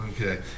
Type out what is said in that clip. Okay